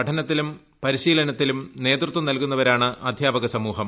പഠനത്തിനും പരിശീലനത്തിനും നേതൃത്വം നൽകുന്നവരാണ് അധ്യാപക സമൂഹം